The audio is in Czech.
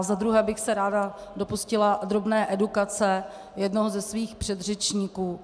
Za druhé bych se ráda dopustila drobné edukace jednoho ze svých předřečníků.